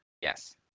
Yes